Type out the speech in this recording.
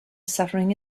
suffering